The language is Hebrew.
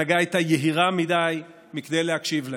ההנהגה הייתה יהירה מכדי להקשיב להם.